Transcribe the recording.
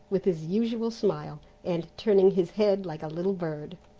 with his usual smile, and turning his head like a little bird.